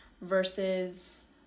versus